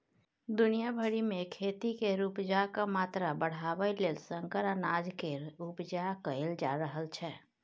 दुनिया भरि मे खेती केर उपजाक मात्रा बढ़ाबय लेल संकर अनाज केर उपजा कएल जा रहल छै